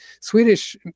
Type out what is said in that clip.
Swedish